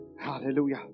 Hallelujah